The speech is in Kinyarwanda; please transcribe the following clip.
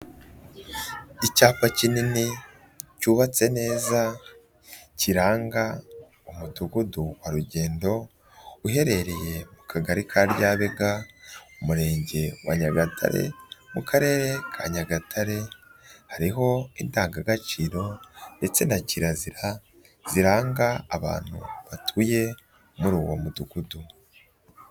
Icyapa kinini cyubatse neza kiranga Umudugudu wa Rugendo uherereye mu Kagari ka Ryabega Umurenge wa Nyagatare mu Karere ka Nyagatare hariho indangagaciro ndetse na kirazira ziranga abantu batuye muri uwo mudugudu.